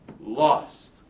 lost